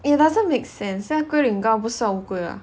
it doesn't make sense 龟苓膏不是乌龟